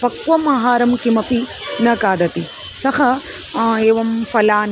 पक्वम् आहारं किमपि न खादति सः एवं फलानि